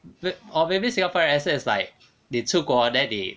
or maybe singapore accent is like 你出国 then 你